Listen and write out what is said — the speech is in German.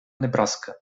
nebraska